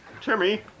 Timmy